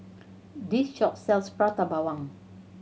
this shop sells Prata Bawang